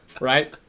Right